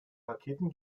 raketen